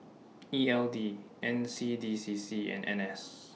E L D N C D C C and N S